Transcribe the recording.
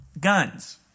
guns